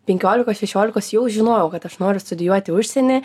penkiolikos šešiolikos jau žinojau kad aš noriu studijuoti užsieny